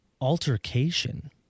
Altercation